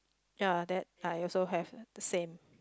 ya that I also have the same